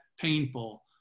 painful